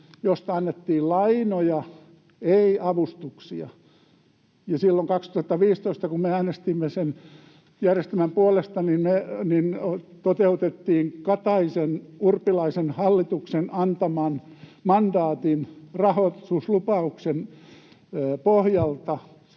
josta annettiin lainoja, ei avustuksia. Silloin 2015, kun me äänestimme sen järjestelmän puolesta, toteutettiin Kataisen— Urpilaisen hallituksen antaman mandaatin, rahoituslupauksen, pohjalta